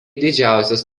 didžiausias